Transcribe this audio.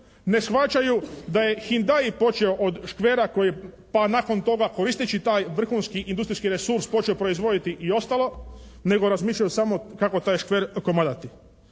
Ne shvaćaju da je "Hyundai" počeo od "Škvera" pa nakon toga koristeći taj vrhunski industrijski resurs počeo proizvoditi i ostalo nego razmišljaju samo kako taj "Škver" komadati.